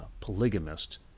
polygamist